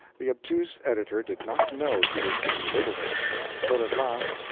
the obtuse editor did not know he was being nibbled at but at last,